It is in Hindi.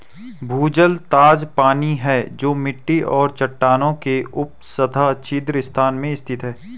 भूजल ताजा पानी है जो मिट्टी और चट्टानों के उपसतह छिद्र स्थान में स्थित है